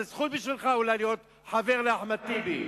זו אולי זכות בשבילך להיות חבר לאחמד טיבי,